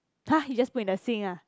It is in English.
!huh! he just put in the sink ah